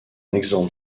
exemple